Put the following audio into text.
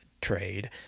trade